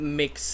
mix